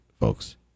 folks